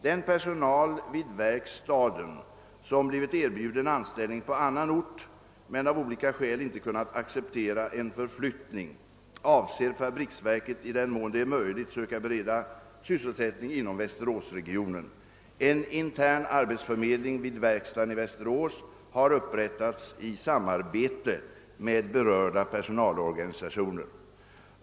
Den personal vid verkstaden som blivit erbjuden anställning på annan ort men av olika skäl inte kunnat acceptera en förflyttning avser fabriksverket i den mån det är möjligt söka bereda sysselsättning inom Västeråsregionen. En intern arbetsförmedling vid verkstaden i Västerås har upprättats i samarbete med berörda personalorganisationer.